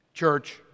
Church